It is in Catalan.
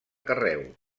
carreu